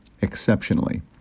exceptionally